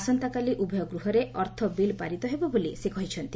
ଆସନ୍ତାକାଲି ଉଭୟ ଗୃହରେ ଅର୍ଥ ବିଲ୍ ପାରିତ ହେବ ବୋଲି ସେ କହିଛନ୍ତି